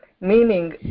meaning